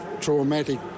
traumatic